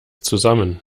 zusammen